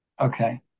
Okay